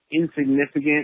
insignificant